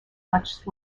lush